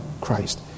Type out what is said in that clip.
Christ